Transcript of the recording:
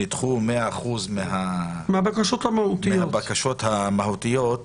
שנדחו 100% מהבקשות המהותיות.